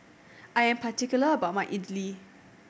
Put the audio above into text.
I am particular about my idly